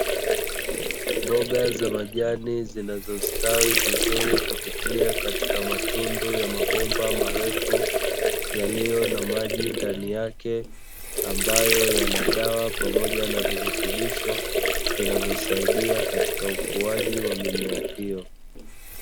Mboga za majani zinazo stawi vizuri kupitia katika matundu ya mabomba marefu yaliyo na maji ndani yake, ambayo yana dawa na virutubisho ambavyo vinasaidia katika ukuaji wa mimea hiyo